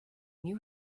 knew